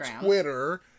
Twitter